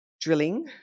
drilling